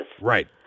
Right